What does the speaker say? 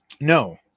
no